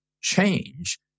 change